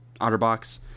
otterbox